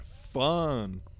Fun